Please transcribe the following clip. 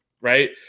right